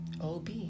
OB